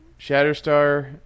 Shatterstar